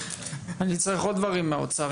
אני צריך עוד דברים מהאוצר.